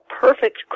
perfect